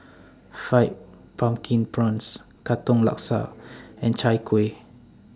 Fried Pumpkin Prawns Katong Laksa and Chai Kuih